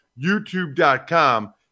YouTube.com